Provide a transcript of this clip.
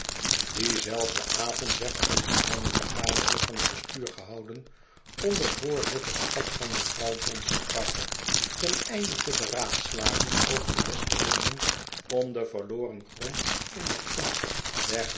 zelfden avond werd er een geheime vergadering van het bestuur gehouden onder voorzitterschap van mevrouw johnson parker ten einde te beraadslagen over de beste middelen om den verloren grond in de gunst